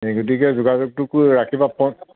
গতিকে যোগাযোগটো ৰাখিবা পট